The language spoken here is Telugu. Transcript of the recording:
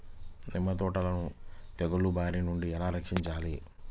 నిమ్మ తోటను తెగులు బారి నుండి ఎలా రక్షించాలి?